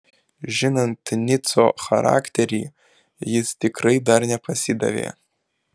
žinant nico charakterį jis tikrai dar nepasidavė